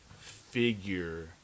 figure